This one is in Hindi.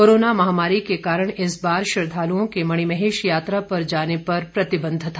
कोरोना महामारी के कारण इस बार श्रद्वालुओं के मणिमहेश यात्रा पर जाने पर प्रतिबंध था